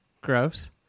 gross